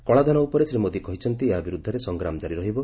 କଳାଧନ ଉପରେ ଶ୍ରୀ ମୋଦି କହିଛନ୍ତି ଏହା ବିରୁଦ୍ଧରେ ସଂଗ୍ରାମ ଜାରି ରହିବ